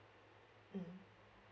mm